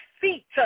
feet